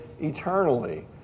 eternally